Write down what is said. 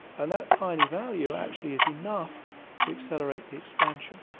and that tiny value actually is enough to accelerate the expansion.